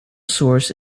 source